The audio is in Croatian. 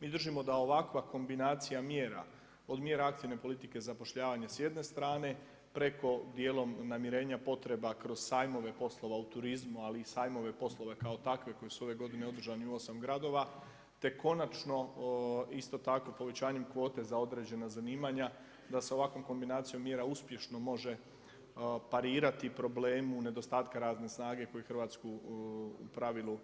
Mi držimo da ovakva kombinacija mjera od mjera aktivne politike zapošljavanja s jedne strane preko dijelom namirenja potreba kroz sajmove poslova u turizmu, ali i sajmove poslova kao takve koji su ove godine održani u osam gradova, te konačno isto tako povećanjem kvote za određena zanimanja, da se ovakvom kombinacijom mjera uspješno može parirati problemu nedostatka radne snage koju Hrvatsku u pravilu